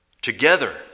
together